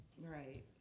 right